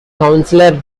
councillor